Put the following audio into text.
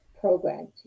program